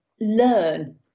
learn